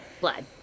blood